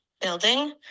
building